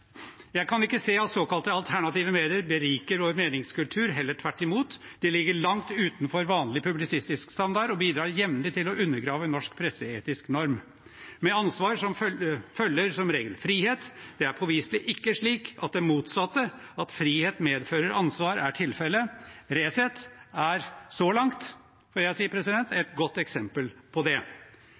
Jeg kan ikke se at såkalte alternative medier beriker vår meningskultur, heller tvert imot. De ligger langt utenfor vanlig publisistisk standard og bidrar jevnlig til å undergrave norsk presseetisk norm. Med ansvar følger som regel frihet. Det er påviselig ikke slik at det motsatte – at frihet medfører ansvar – er tilfellet. Resett er så langt et godt eksempel på det.